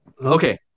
Okay